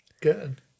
Good